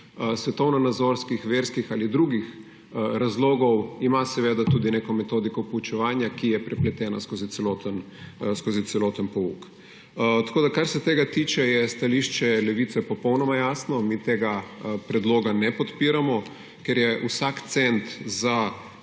svetovnonazorskih, verskih ali drugih razlogov, ima seveda tudi neko metodiko poučevanja, ki je prepleteno skozi celoten pouk. Kar se tega tiče, je stališče Levice popolnoma jasno, mi tega predloga ne podpiramo, ker je vsak cent za